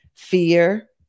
Fear